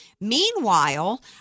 meanwhile